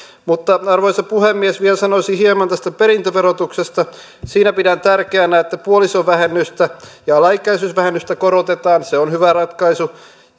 arvoisa puhemies vielä sanoisin hieman tästä perintöverotuksesta siinä pidän tärkeänä että puolisovähennystä ja alaikäisyysvähennystä korotetaan se on hyvä ratkaisu